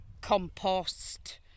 compost